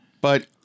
But-